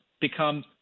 become